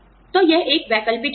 तो यह एक वैकल्पिक योजना है